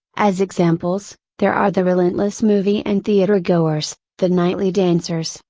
as examples, there are the relentless movie and theater goers the nightly dancers,